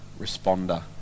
responder